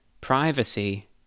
privacy